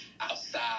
outside